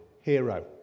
hero